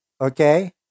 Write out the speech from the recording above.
okay